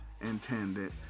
intended